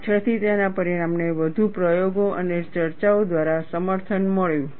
પાછળથી તેના પરિણામને વધુ પ્રયોગો અને ચર્ચાઓ દ્વારા સમર્થન મળ્યું